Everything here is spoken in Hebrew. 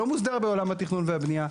לא מוסדר בעולם התכנון והבנייה.